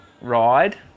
Ride